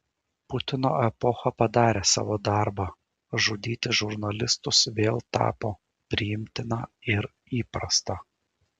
putino epocha padarė savo darbą žudyti žurnalistus vėl tapo priimtina ir įprasta